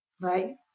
Right